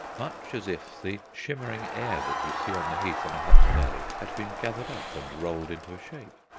much as if the shimmering air that you see on the heath on a hot day had been gathered up and rolled into a shape.